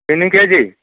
ତିନି କେଜି